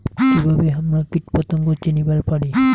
কিভাবে হামরা কীটপতঙ্গ চিনিবার পারি?